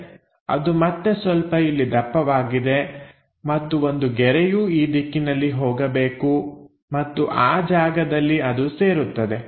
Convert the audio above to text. ಅದು ಮತ್ತೆ ಸ್ವಲ್ಪ ಇಲ್ಲಿ ಅಗಲವಾಗಿದೆ ಮತ್ತು ಒಂದು ಗೆರೆಯೂ ಈ ದಿಕ್ಕಿನಲ್ಲಿ ಹೋಗಬೇಕು ಮತ್ತು ಆ ಜಾಗದಲ್ಲಿ ಅದು ಸೇರುತ್ತದೆ